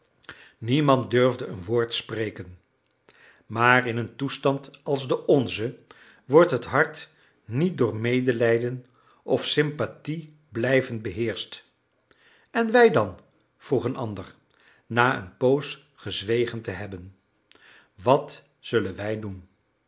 niemand durfde een woord spreken maar in een toestand als de onze wordt het hart niet door medelijden of sympathie blijvend beheerscht en wij dan vroeg een ander na een poos gezwegen te hebben wat zullen wij doen